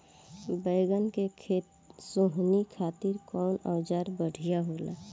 बैगन के सोहनी खातिर कौन औजार बढ़िया होला?